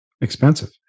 expensive